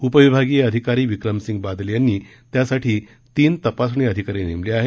उपविभागीय अधिकारी विक्रमसिंग बादल यांनी त्यासाठी तीन तपासणी अधिकारी नेमले आहेत